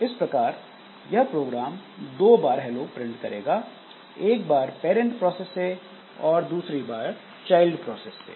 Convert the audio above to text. इस प्रकार यह प्रोग्राम दो बार हेलो प्रिंट करेगा एक बार पैरंट प्रोसेस से और दूसरी बार चाइल्ड प्रोसेस से